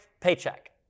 paycheck